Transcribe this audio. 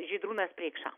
žydrūnas preikša